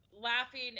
laughing